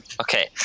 Okay